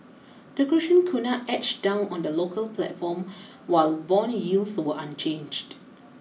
the Croatian Kuna edged down on the local platform while bond yields were unchanged